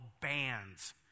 BANDS